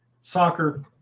soccer